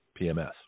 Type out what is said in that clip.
PMS